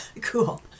Cool